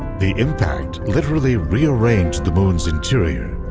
the impact literally rearranged the moon's interior,